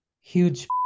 huge